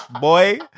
boy